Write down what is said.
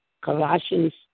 Colossians